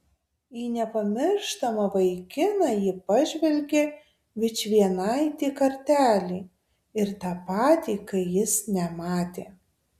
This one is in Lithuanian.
į nepamirštamą vaikiną ji pažvelgė vičvienaitį kartelį ir tą patį kai jis nematė